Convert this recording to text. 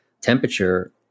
temperature